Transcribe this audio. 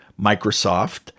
Microsoft